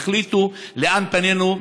יחליטו לאן פנינו,